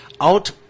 out